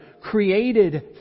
created